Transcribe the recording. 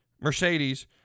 Mercedes